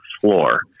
floor